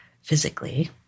physically